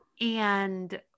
and-